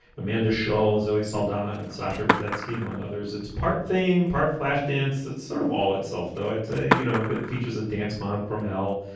amanda shows zoe saldana and sasha with that skill, among others. it's part theme, part flash dance. it's sort of all itself, though, i'd say, you know, it features a dance man from hell.